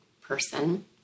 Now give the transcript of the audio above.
person